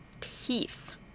teeth